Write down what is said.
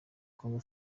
congo